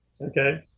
Okay